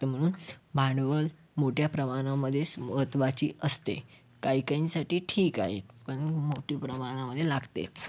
तर म्हणून भांडवल मोठ्या प्रमाणामध्येच महत्वाची असते काही काहींसाठी ठीक आहे पण मोठ्या प्रमाणामध्ये लागतेच